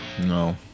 No